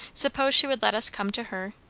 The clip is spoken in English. suppose she would let us come to her?